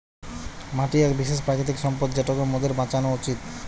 মাটি এক বিশেষ প্রাকৃতিক সম্পদ যেটোকে মোদের বাঁচানো উচিত